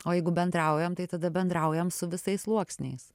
o jeigu bendraujam tai tada bendraujam su visais sluoksniais